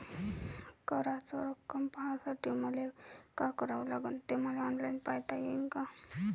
कराच रक्कम पाहासाठी मले का करावं लागन, ते मले ऑनलाईन पायता येईन का?